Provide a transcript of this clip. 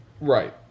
Right